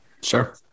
Sure